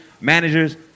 managers